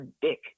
dick